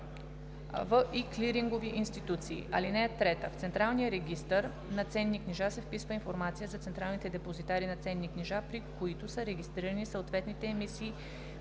и клирингови институции. (3) В централния регистър на ценни книжа се вписва информация за централните депозитари на ценни книжа, при които са регистрирани съответните емисии